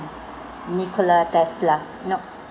nikola tesla no